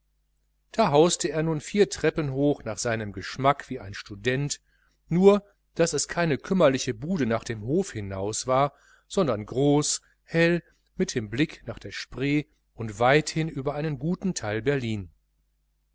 da hauste er nun vier treppen hoch nach seinem geschmack wie ein student nur daß es keine kümmerliche bude nach dem hof hinaus war sondern groß hell mit dem blick nach der spree und weithin über einen guten teil berlin